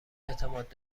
اعتماد